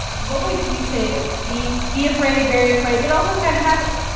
what would we say it is? be be afraid, very afraid but also kind of happy?